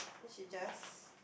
then she just